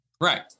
Right